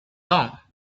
long